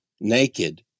naked